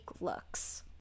looks